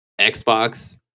Xbox